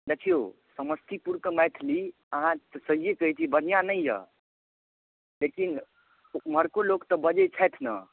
देखियौ समस्तीपुरके मैथिली अहाँ तऽ सहिए कहैत छी बढ़िआँ नहि यए लेकिन ओमहरको लोक तऽ बजैत छथि ने